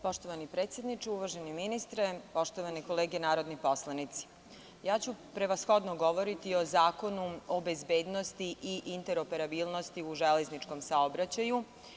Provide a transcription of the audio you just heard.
Poštovani predsedniče, uvaženi ministre, poštovane kolege narodni poslanici, ja ću prevashodno govoriti o Zakonu o bezbednosti i interoperabilnosti u železničkom saobraćaju.